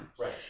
Right